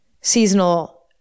seasonal